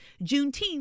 juneteenth